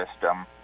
system